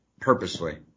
purposely